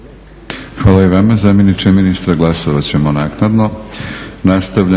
Hvala i vama zamjeniče ministra. Glasovat ćemo naknadno.